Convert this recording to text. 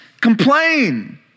complain